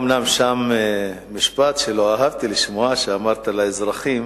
אומנם היה שם משפט שלא אהבתי לשמוע, אמרת לאזרחים: